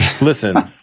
Listen